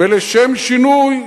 לשם שינוי,